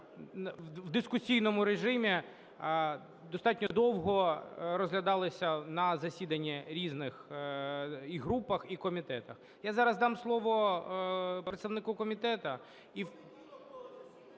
в дискусійному режимі, достатньо довго розглядалися на засіданні різних, і групах, і комітетах. Я зараз дам слово представнику комітету…